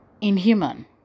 inhuman